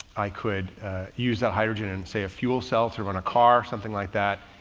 i could use that hydrogen in say, a fuel cell to run a car or something like that,